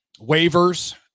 waivers